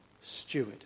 steward